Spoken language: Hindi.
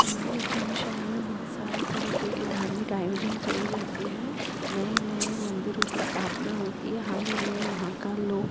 हमारे उज्जैन शहर में बहुत सारे तरीके के धार्मिक आयोजन किए जाते हैं नए नए मंदिरों की स्थापना होती है हाल ही में महाकाल लोक